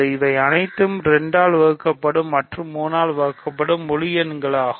இவை அனைத்தும் 2 ஆல் வகுக்கப்படும் மற்றும் 3 ஆல் வகுக்கப்படும் முழு எண்களாகும்